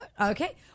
Okay